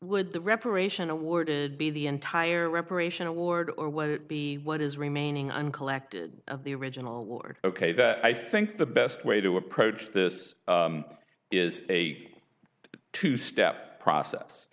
would the reparation awarded be the entire reparation award or would it be what is remaining on collected of the original award ok that i think the best way to approach this is a two step process